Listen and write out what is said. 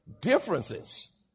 differences